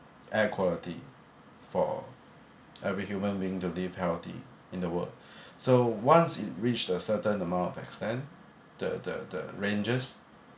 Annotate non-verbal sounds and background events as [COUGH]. air quality for every human being to live healthy in the world [BREATH] so once it reached a certain amount of extent the the the rangers